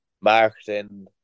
marketing